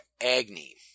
Agni